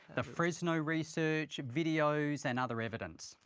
the fresno research, videos, and other evidence.